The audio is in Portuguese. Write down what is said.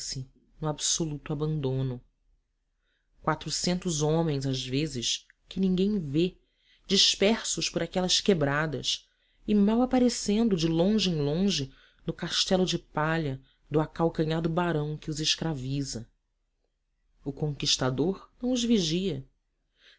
no absoluto abandono quatrocentos homens às vezes que ninguém vê dispersos por aquelas quebradas e mal aparecendo de longe em longe no castelo de palha do acalcanhado barão que os escraviza o conquistador não os vigia